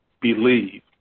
believe